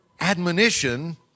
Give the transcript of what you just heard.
admonition